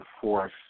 force